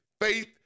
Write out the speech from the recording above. faith